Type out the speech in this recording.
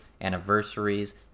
anniversaries